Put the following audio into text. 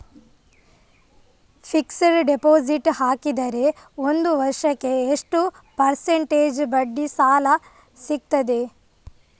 Fixed deposit ಹಾಕಿದರೆ ಒಂದು ವರ್ಷಕ್ಕೆ ಎಷ್ಟು ಪರ್ಸೆಂಟೇಜ್ ಬಡ್ಡಿ ಲಾಭ ಸಿಕ್ತದೆ?